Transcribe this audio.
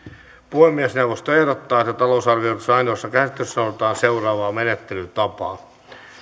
puhemiesneuvosto ehdottaa että talousarvioehdotuksen ainoassa käsittelyssä noudatetaan seuraavaa menettelytapaa